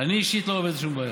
אני אישית לא רואה בזה שום בעיה.